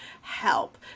Help